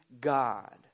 God